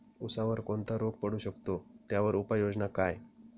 ऊसावर कोणता रोग पडू शकतो, त्यावर उपाययोजना काय?